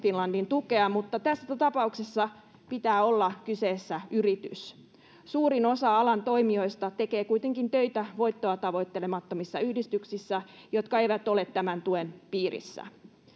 finlandin tukea mutta tässä tapauksessa pitää olla kyseessä yritys suurin osa alan toimijoista tekee kuitenkin töitä voittoa tavoittelemattomissa yhdistyksissä jotka eivät ole tämän tuen piirissä